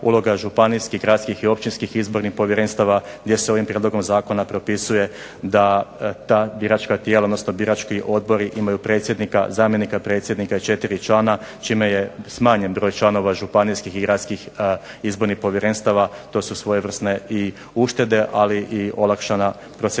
uloga županijskih, gradskih i općinskih izbornih povjerenstava gdje se ovim prijedlogom zakona propisuje da ta biračka tijela odnosno birački odbori imaju predsjednika, zamjenika predsjednika i 4 člana čime je smanjen broj članova županijskih i gradskih izbornih povjerenstava, to su svojevrsne i uštede ali i olakšana procedura.